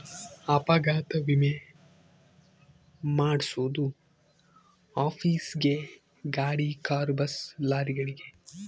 ಅಪಘಾತ ವಿಮೆ ಮಾದ್ಸೊದು ಆಫೀಸ್ ಗೇ ಗಾಡಿ ಕಾರು ಬಸ್ ಲಾರಿಗಳಿಗೆ